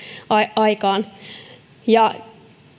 aikaan